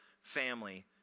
family